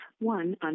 one